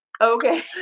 Okay